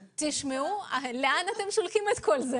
לאן אתם שולחים הכול?